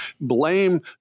blame